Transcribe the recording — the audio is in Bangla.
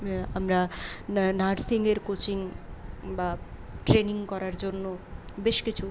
আমরা নার নার্সিংয়ের কোচিং বা ট্রেনিং করার জন্য বেশ কিছু